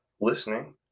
listening